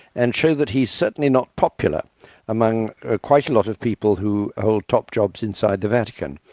and show that he's certainly not popular among ah quite a lot of people who hold top jobs inside the vatican,